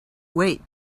wait